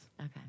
Okay